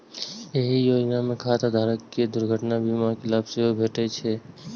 एहि योजना मे खाता धारक कें दुर्घटना बीमा के लाभ सेहो भेटै छै